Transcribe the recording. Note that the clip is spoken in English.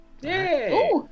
Yay